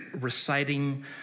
reciting